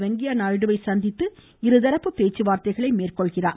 வெங்கைய்யா நாயுடுவை சந்தித்து இருதரப்பு பேச்சுவார்த்தைகளை மேற்கொள்கிறார்